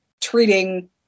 treating